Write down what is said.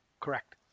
Correct